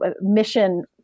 mission